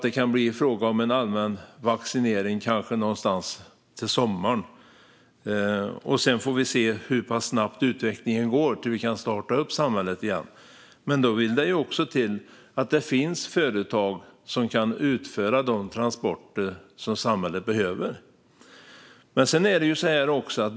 Det kan bli fråga om allmän vaccinering, kanske till sommaren, och sedan får vi se hur pass snabbt utvecklingen går till att vi kan starta upp samhället igen. Men då vill det till att det finns företag som kan utföra de transporter som samhället behöver.